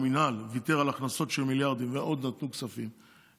המינהל ויתר על הכנסות של מיליארדים ועוד נתנו כספים,